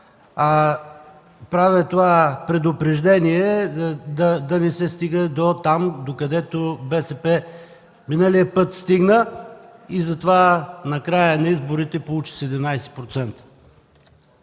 Правя това предупреждение, за да не се стига дотам, докъдето стигна миналия път БСП и затова на края на изборите получи 17%.